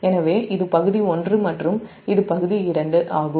எனவே இது பகுதி 1 மற்றும் இது பகுதி 2 ஆகும்